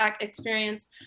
experience